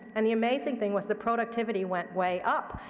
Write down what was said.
and the amazing thing was the productivity went way up.